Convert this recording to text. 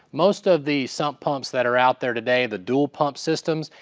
most of the sump pumps that are out there today, the dual-pump systems,